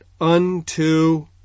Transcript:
unto